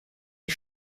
die